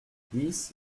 dix